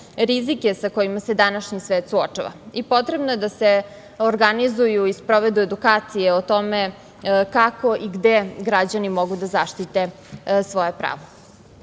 rizike sa kojima se današnji svet suočava, i potrebno je da se organizuju i sprovedu edukacije o tome kako i gde građani mogu da zaštite svoja